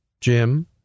Jim